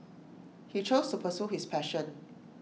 he chose to pursue his passion